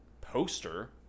Poster